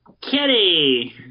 Kitty